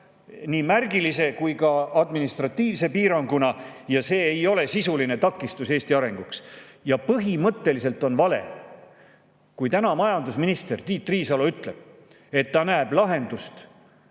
nii märgilise kui ka administratiivse piiranguna. See ei ole sisuline takistus Eesti arenguks. Põhimõtteliselt on see vale, kui majandusminister Tiit Riisalo ütleb, et ta näeb lahendust